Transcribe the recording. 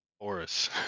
Horus